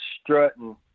strutting